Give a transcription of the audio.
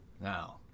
Now